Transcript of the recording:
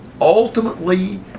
ultimately